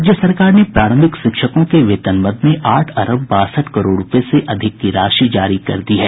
राज्य सरकार ने प्रारंभिक शिक्षकों के वेतन मद में आठ अरब बासठ करोड़ रूपये से अधिक की राशि जारी कर दी है